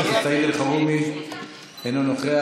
חבר הכנסת סעיד אלחרומי, אינו נוכח.